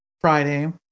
Friday